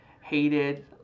hated